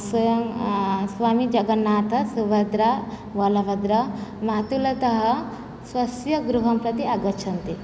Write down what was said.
स्वामी जगन्नाथः सुभद्रा वलभद्रः मातुलतः स्वस्य गृहम्प्रति आगच्छन्ति